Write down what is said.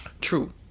True